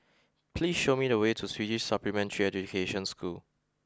please show me the way to Swedish Supplementary Education School